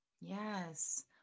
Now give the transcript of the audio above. Yes